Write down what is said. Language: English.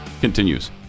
continues